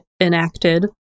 enacted